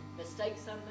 mistakes